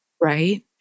right